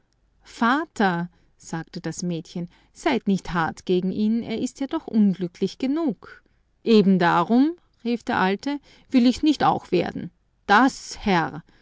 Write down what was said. vater sagte das mädchen seid nicht hart gegen ihn er ist ja doch unglücklich genug eben darum rief der alte will ich's nicht auch werden das herr